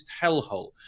hellhole